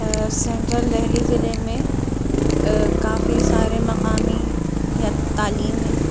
central Delhi ضلعے میں کافی سارے مقامی یا تعلیمی